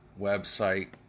website